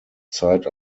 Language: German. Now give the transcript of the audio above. zeit